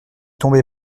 tomber